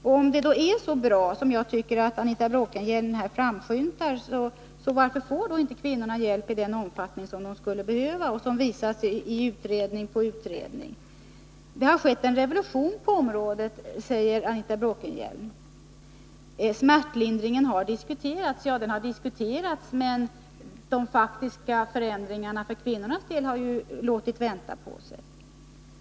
Om situationen är så bra som Anita Bråkenhielm lät framskymta, varför får då kvinnorna inte hjälp i den omfattning som utredning efter utredning har visat att de skulle behöva? Det har skett en revolution på området, säger Anita Bråkenhielm. Smärtlindringen har diskuterats. Ja, men de faktiska förändringarna för kvinnorna har låtit vänta på sig.